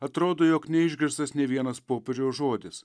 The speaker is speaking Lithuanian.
atrodo jog neišgirstas nė vienas popiežiaus žodis